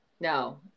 No